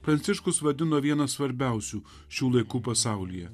pranciškus vadino viena svarbiausių šių laikų pasaulyje